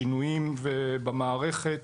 שינויים במערכת,